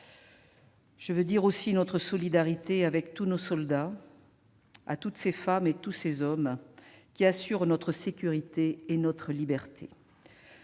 Je veux dire aussi notre solidarité avec tous nos soldats, toutes ces femmes et tous ces hommes qui assurent notre sécurité et notre liberté.